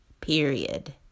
Period